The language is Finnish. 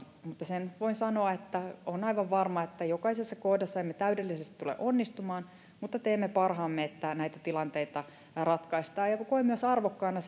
sen voi sanoa että on aivan varma että jokaisessa kohdassa emme täydellisesti tule onnistumaan mutta teemme parhaamme että näitä tilanteita ratkaistaan koen arvokkaana